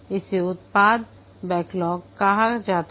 इसे उत्पाद बैकलॉग कहा जाता है